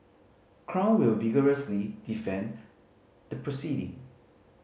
crown will vigorously defend the proceeding